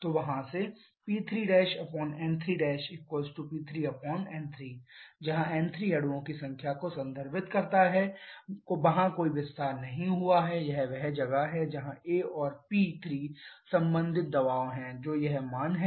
तो वहाँ से P3n3P3n3 जहां n3 अणुओं की संख्या को संदर्भित करता है वहां कोई विस्तार नहीं हुआ है यह वह जगह है जहां a और P3 संबंधित दबाव है जो यह मान है